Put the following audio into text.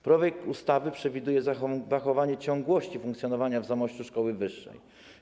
Projekt ustawy przewiduje zachowanie ciągłości funkcjonowania w Zamościu szkoły wyższej.